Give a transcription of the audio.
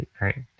right